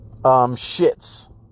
shits